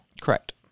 Correct